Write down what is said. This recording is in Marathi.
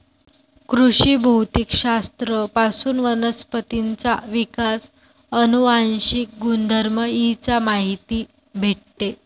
कृषी भौतिक शास्त्र पासून वनस्पतींचा विकास, अनुवांशिक गुणधर्म इ चा माहिती भेटते